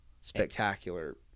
spectacular